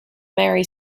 marry